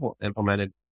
implemented